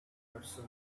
person